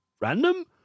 random